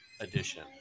edition